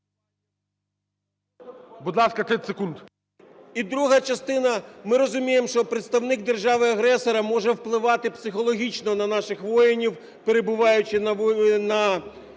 І друга частина. Ми розуміємо, що представник держави-агресора може впливати психологічно на наших воїнів, перебуваючи в